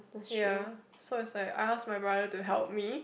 ya so it's like I ask my brother to help me